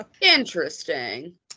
Interesting